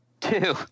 Two